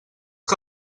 que